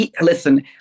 listen